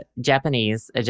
Japanese